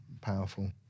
Powerful